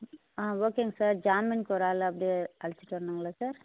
ஆ ஓகேங்க சார் ஜாமீனுக்கு ஒரு ஆள் அப்படியே அழைச்சிட்டு வரணுங்களா சார்